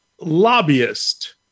lobbyist